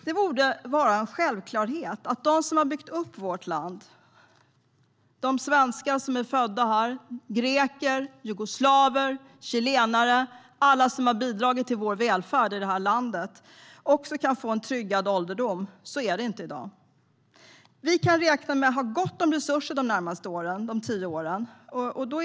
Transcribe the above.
Det borde vara en självklarhet att de som har byggt upp vårt land - de svenskar som är födda här, greker, jugoslaver, chilenare och alla som har bidragit till vår välfärd i det här landet - också kan få en tryggad ålderdom. Så är det inte i dag. Vi kan räkna med att ha gott om resurser de närmaste tio åren.